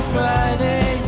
Friday